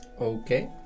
Okay